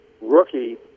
rookie